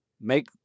make